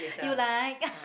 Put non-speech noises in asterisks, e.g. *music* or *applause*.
*breath* you like *laughs*